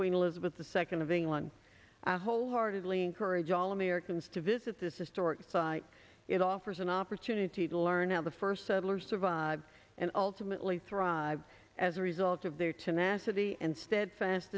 queen elizabeth the second of england wholeheartedly encourage all americans to visit this is story it offers an opportunity to learn how the first settlers survive and ultimately thrive as a result of their tenacity and steadfast